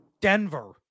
Denver